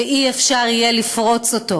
שלא יהיה אפשר לפרוץ אותו.